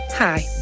Hi